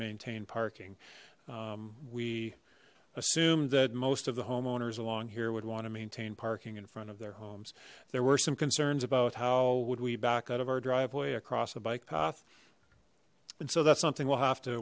maintain parking we assumed that most of the homeowners along here would want to maintain parking in front of their homes there were some concerns about how would we back out of our driveway across a bike path and so that's something we'll have to